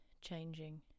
changing